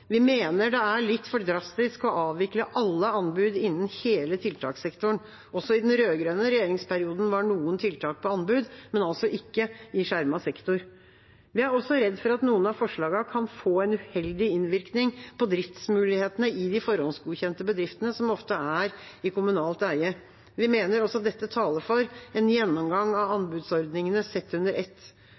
Vi mener det er litt for drastisk å avvikle alle anbud innen hele tiltakssektoren. Også i den rød-grønne regjeringsperioden var noen tiltak på anbud, men ikke i skjermet sektor. Vi er også redd for at noen av forslagene kan få en uheldig innvirkning på driftsmulighetene i de forhåndsgodkjente bedriftene, som ofte er i kommunalt eie. Vi mener også dette taler for en gjennomgang av anbudsordningene sett under ett.